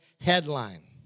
headline